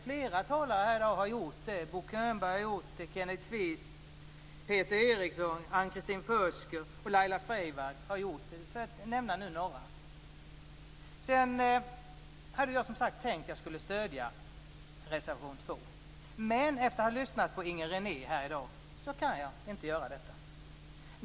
Flera talare här har gjort det, t.ex. Bo Könberg, Kenneth Kvist, Jag hade tänkt stödja reservation 2 men efter att ha lyssnat på Inger René här i dag kan jag inte göra det.